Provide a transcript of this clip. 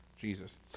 jesus